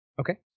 Okay